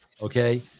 Okay